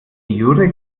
jure